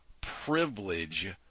privilege